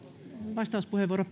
vastauspuheenvuoro